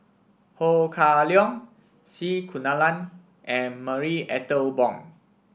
Ho Kah Leong C Kunalan and Marie Ethel Bong